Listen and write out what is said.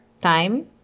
time